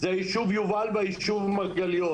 זה היישוב יובל והישוב מרגליות.